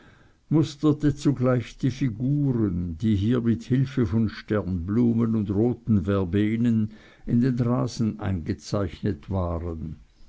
musterte zugleich die figuren die hier mit hilfe von sternblumen und roten verbenen in den rasen eingezeichnet waren